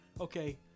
okay